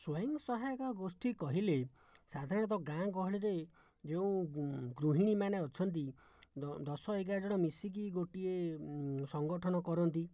ସ୍ଵୟଂସହାୟକ ଗୋଷ୍ଠୀ କହିଲେ ସାଧାରଣତଃ ଗାଁ ଗହଳିରେ ଯେଉଁ ଗୃହିଣୀମାନେ ଅଛନ୍ତି ଦଶ ଏଗାର ଜଣ ମିଶିକି ଗୋଟିଏ ସଙ୍ଗଠନ କରନ୍ତି